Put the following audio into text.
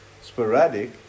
sporadic